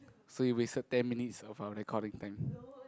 so you wasted ten minutes of our recording time